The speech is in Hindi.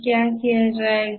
क्या किया जाएगा